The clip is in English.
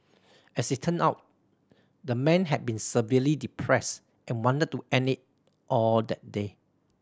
as it turn out the man had been severely depressed and wanted to end it all that day